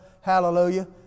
hallelujah